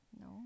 No